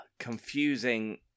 confusing